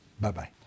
Bye-bye